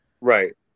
Right